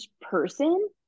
person